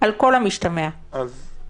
על כל המשתמע מזה.